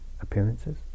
Appearances